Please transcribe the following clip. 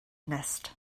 nest